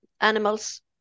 animals